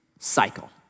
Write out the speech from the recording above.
cycle